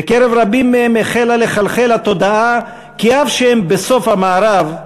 בקרב רבים מהם החלה לחלחל התודעה כי אף שהם בסוף המערב,